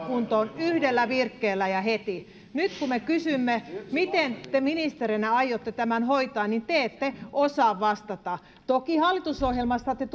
kuntoon yhdellä virkkeellä ja heti nyt kun me kysymme miten te ministerinä aiotte tämän hoitaa niin te ette osaa vastata toki hallitusohjelmassa te